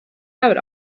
out